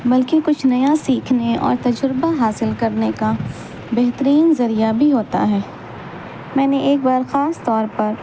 بلکہ کچھ نیا سیکھنے اور تجربہ حاصل کرنے کا بہترین ذریعہ بھی ہوتا ہے میں نے ایک بار خاص طور پر